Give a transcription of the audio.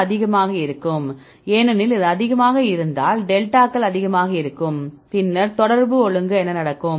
இது அதிகமாக இருக்கும் ஏனெனில் இது அதிகமாக இருந்தால் டெல்டா கள் அதிகமாக இருக்கும் பின்னர் தொடர்பு ஒழுங்கு என்ன நடக்கும்